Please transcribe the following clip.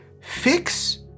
Fix